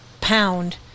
pound